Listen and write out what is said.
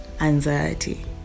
anxiety